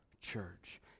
church